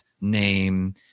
name